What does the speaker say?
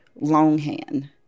Longhand